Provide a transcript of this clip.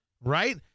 right